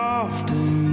often